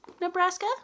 Nebraska